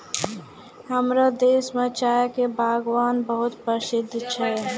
हमरो देश मॅ चाय के बागान बहुत प्रसिद्ध छै